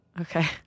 Okay